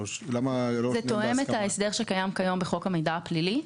זה תואם את ההסדר שקיים היום בחוק המידע הפלילי.